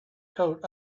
coat